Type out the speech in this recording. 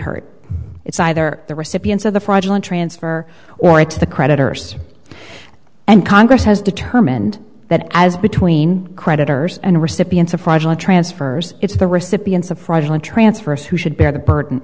hurt it's either the recipients of the fraudulent transfer or into the creditors and congress has determined that as between creditors and recipients of project transfers it's the recipients of fraudulent transfers who should bear the burden